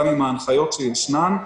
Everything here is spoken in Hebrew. גם עם ההנחיות שישנן,